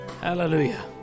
hallelujah